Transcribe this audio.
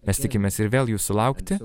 mes tikimės ir vėl jų sulaukti